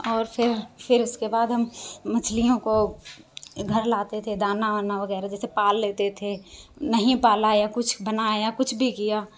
और फिर फिर उसके बाद हम मछलियों को घर लाते थे दाना वाना वगैरह जैसे पाल लेते थे नहीं पाला या कुछ बनाया कुछ भी किया